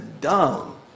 dumb